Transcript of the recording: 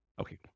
Okay